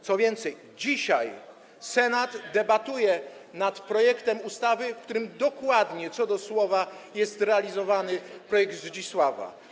Co więcej, dzisiaj Senat debatuje nad projektem ustawy, w którym dokładnie, co do słowa jest realizowany projekt Zdzisława.